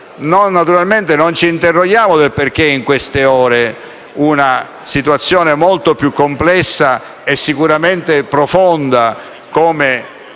Naturalmente non ci interroghiamo sul perché in queste ore una situazione molto più complessa e sicuramente più profonda, come